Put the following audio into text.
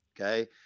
okay